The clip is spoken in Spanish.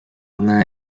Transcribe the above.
una